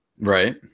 Right